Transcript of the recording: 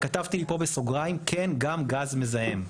וכתבתי פה בסוגריים כן, גם גז מזהם.